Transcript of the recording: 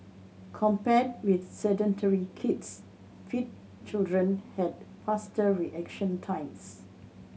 compared with sedentary kids fit children had faster reaction times